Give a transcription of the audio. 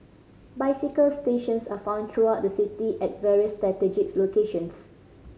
bicycle stations are found throughout the city at various locations